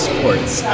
Sports